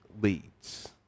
leads